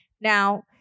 Now